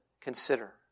consider